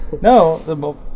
No